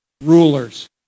rulers